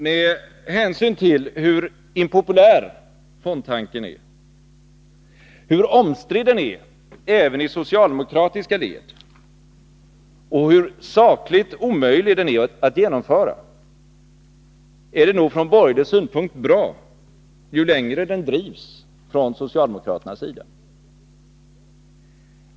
Med hänsyn till hur impopulär fondtanken är, hur omstridd den är även i de socialdemokratiska leden och hur sakligt omöjlig den är att genomföra, är det nog från borgerlig synpunkt bra ju längre den drivs från socialdemokraternas sida.